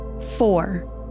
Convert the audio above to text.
Four